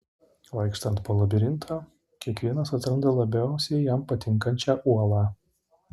vaikštant po labirintą kiekvienas atranda labiausiai jam patinkančią uolą